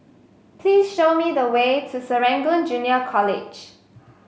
please show me the way to Serangoon Junior College